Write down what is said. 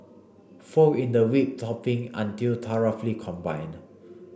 fold in the whipped topping until thoroughly combined